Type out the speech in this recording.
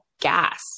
gas